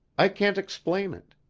i can't explain it.